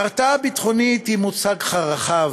"הרתעה ביטחונית" היא מושג רחב,